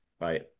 right